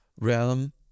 realm